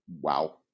Wow